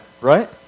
Right